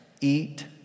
eat